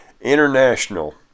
International